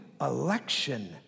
election